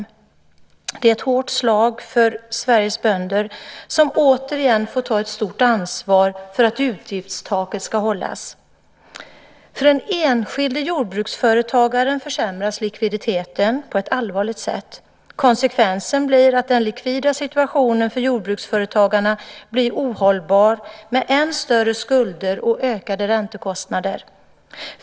Detta är ett hårt slag för Sveriges bönder som återigen får ta ett stort ansvar för att utgiftstaket hålls. För den enskilde jordbruksföretagaren försämras likviditeten på ett allvarligt sätt. Konsekvensen blir en för jordbruksföretagarna ohållbar situation med ännu större skulder och ökade räntekostnader.